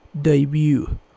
debut